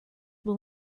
will